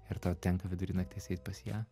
ir tau tenka vidury nakties eit pas ją